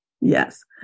Yes